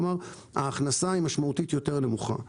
כלומר ההכנסה משמעותית נמוכה יותר.